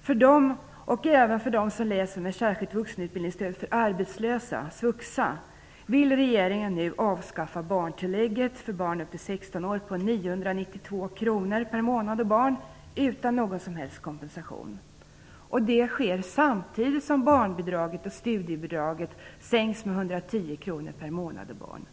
För dem och även för dem som läser med särskilt vuxenutbildningsstöd för arbetslösa, svuxa, vill regeringen nu avskaffa barntillägget för barn upp till 16 år - 992 kr per månad och barn - utan att ge någon som helst kompensation. Det sker samtidigt som barnbidraget sänks med 110 kr per månad och barn.